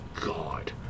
God